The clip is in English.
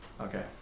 Okay